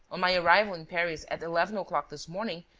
on my arrival in paris at eleven o'clock this morning,